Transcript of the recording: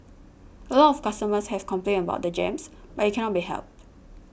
a lot of customers have complained about the jams but it cannot be helped